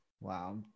Wow